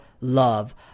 love